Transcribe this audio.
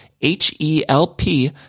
H-E-L-P